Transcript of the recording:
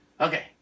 Okay